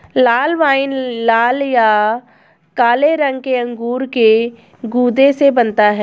लाल wine लाल या काले रंग के अंगूर के गूदे से बनता है